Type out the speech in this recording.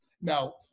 now